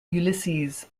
ulysses